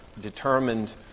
determined